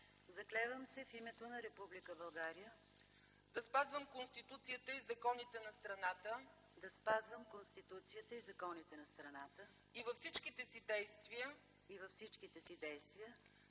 „Заклевам се в името на Република България да спазвам Конституцията и законите на страната и във всичките си действия